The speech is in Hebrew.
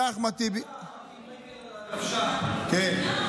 עלה אחמד טיבי, רק עם רגל על הדוושה, כן.